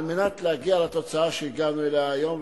על מנת להגיע לתוצאה שהגענו אליה היום.